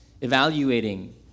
evaluating